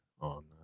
on